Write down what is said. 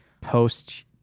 post